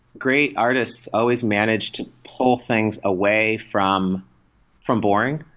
great artists always managed to pull things away from from boring.